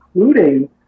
including